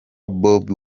bobi